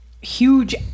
huge